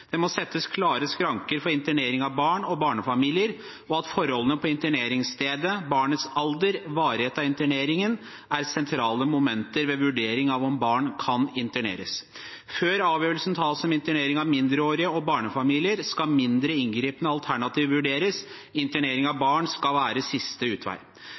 Det må settes klare skranker for internering av barn og barnefamilier, og forholdene på interneringsstedet, barnets alder og varighet av interneringen er sentrale momenter ved vurderingen av om barn kan interneres. Før avgjørelse tas om internering av mindreårige og barnefamilier, skal mindre inngripende alternativer vurderes. Internering av barn skal være siste utvei.